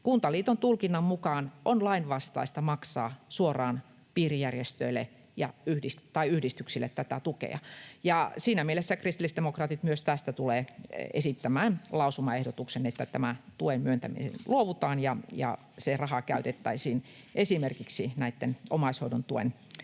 Kuntaliiton tulkinnan mukaan on lainvastaista maksaa suoraan piirijärjestöille tai yhdistyksille tätä tukea. Ja siinä mielessä kristillisdemokraatit myös tästä tulee esittämään lausumaehdotuksen, että tuen myöntämisestä luovutaan ja se raha käytettäisiin esimerkiksi näitten omaishoidon tuen